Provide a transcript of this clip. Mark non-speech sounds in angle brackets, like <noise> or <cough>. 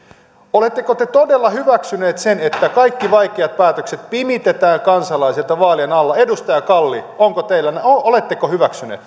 oletteko te todella hyväksyneet sen että kaikki vaikeat päätökset pimitetään kansalaisilta vaalien alla edustaja kalli oletteko hyväksyneet <unintelligible>